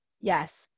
yes